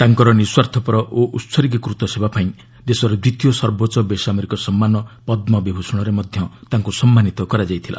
ତାଙ୍କର ନିଶ୍ୱାର୍ଥପର ଓ ଉତ୍ସର୍ଗୀକୃତ ସେବା ପାଇଁ ଦେଶର ଦ୍ୱିତୀୟ ସର୍ବୋଚ୍ଚ ବେସାମରିକ ସମ୍ମାନ ପଦ୍ମବିଭୂଷଣରେ ମଧ୍ୟ ତାଙ୍କୁ ସମ୍ମାନିତ କରାଯାଇଥିଲା